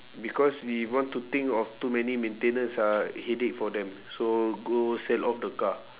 because if want to think of too many maintenance ah headache for them so go sell off the car